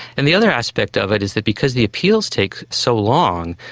and the other aspect of it is that because the appeals take so long,